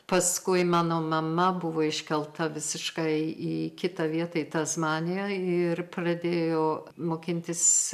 paskui mano mama buvo iškelta visiškai į kitą vietą į tasmaniją ir pradėjo mokintis